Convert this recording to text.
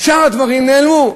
שאר הדברים נעלמו.